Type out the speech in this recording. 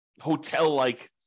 hotel-like